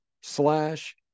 slash